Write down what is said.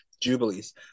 Jubilees